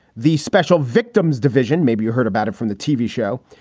the special victims division. maybe you heard about it from the tv show,